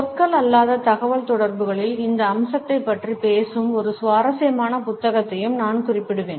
சொற்கள் அல்லாத தகவல்தொடர்புகளின் இந்த அம்சத்தைப் பற்றி பேசும் ஒரு சுவாரஸ்யமான புத்தகத்தையும் நான் குறிப்பிடுவேன்